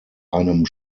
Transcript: einem